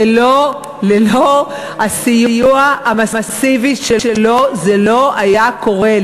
ללא הסיוע המסיבי שלו זה לא היה קורה.